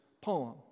poem